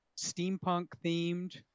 steampunk-themed